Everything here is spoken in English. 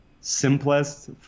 simplest